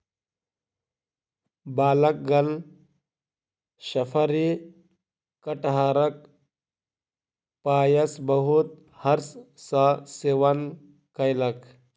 बालकगण शफरी कटहरक पायस बहुत हर्ष सॅ सेवन कयलक